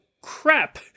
crap